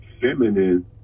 feminine